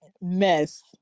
mess